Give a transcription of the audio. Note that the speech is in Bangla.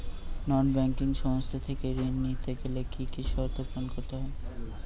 নন ব্যাঙ্কিং সংস্থা থেকে ঋণ নিতে গেলে কি কি শর্ত পূরণ করতে হয়?